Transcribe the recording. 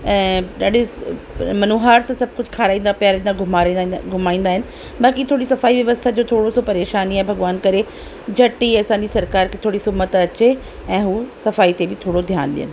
ऐं ॾाढे मनुहार सां सभु कुझु खाराईंदा पीआरींदा घुमारींदा आहिनि घुमाईंदा आहिनि बाक़ी थोरी सफाई व्यवस्था जो थोरो सो परेशानी आहे भॻवान करे झटि हीअ असांजी सरकार खे हीअ सुमति अचे ऐं हूअ सफाई ते बि थोरो ध्यानु ॾियनि